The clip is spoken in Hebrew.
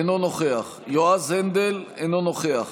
אינו נוכח יועז הנדל, אינו נוכח